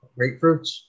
Grapefruits